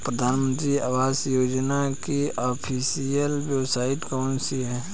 प्रधानमंत्री आवास योजना की ऑफिशियल वेबसाइट कौन सी है?